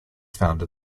founded